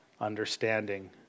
understanding